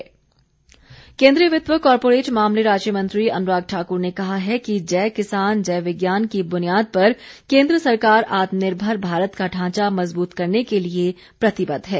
केन्द्रीय मंत्री केन्द्रीय वित्त व कॉरपोरेट मामले राज्य मंत्री अनुराग ठाकुर ने कहा है कि जय किसान जय विज्ञान की बुनियाद पर केन्द्र सरकार आत्मनिर्भर भारत का ढांचा मजबूत करने के लिए प्रतिबद्ध है